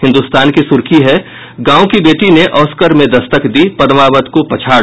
हिन्दुस्तान की सुर्खी है गांव की बेटी ने ऑस्कर में दस्तक दी पद्मावत को पछाड़